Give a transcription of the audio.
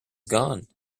gone